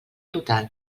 total